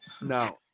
No